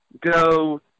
go